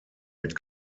mit